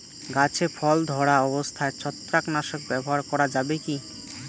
গাছে ফল ধরা অবস্থায় ছত্রাকনাশক ব্যবহার করা যাবে কী?